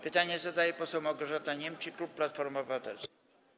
Pytanie zadaje poseł Małgorzata Niemczyk, klub Platforma Obywatelska.